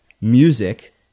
music